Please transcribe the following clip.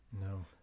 No